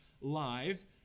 live